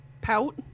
pout